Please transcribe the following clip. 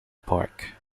park